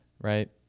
right